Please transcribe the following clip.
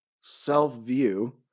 self-view